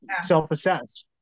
self-assess